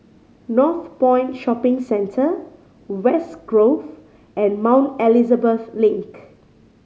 Northpoint Shopping Centre West Grove and Mount Elizabeth Link